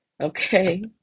Okay